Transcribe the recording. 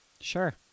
Sure